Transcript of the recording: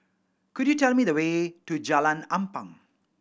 could you tell me the way to Jalan Ampang